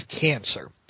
cancer